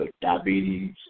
diabetes